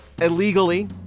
illegally